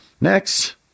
Next